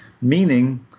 meaning